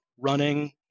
running